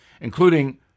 including